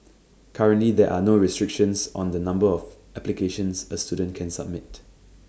currently there are no restrictions on the number of applications A student can submit